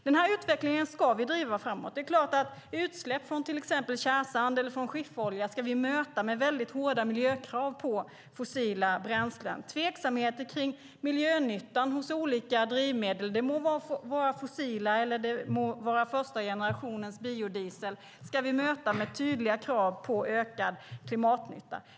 Den här utvecklingen ska vi driva framåt. Det är klart att utsläpp från till exempel kärrsand eller skifferolja ska mötas med hårda miljökrav på fossila bränslen. Tveksamheter kring miljönyttan hos olika drivmedel - det må vara fossila bränslen eller första generationens biodiesel - ska vi möta med tydliga krav på ökad klimatnytta.